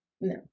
No